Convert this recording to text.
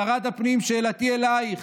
שרת הפנים, שאלתי אלייך: